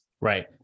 Right